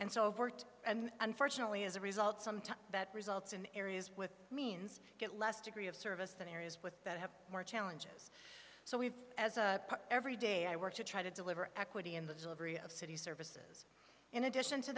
overworked and unfortunately as a result some time that results in areas with means get less degree of service than areas with that have more challenges so we've as a every day i work to try to deliver equity in the delivery of city services in addition to